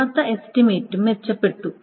യഥാർത്ഥ എസ്റ്റിമേറ്റും മെച്ചപ്പെട്ടു